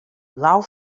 blau